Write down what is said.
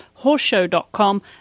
Horseshow.com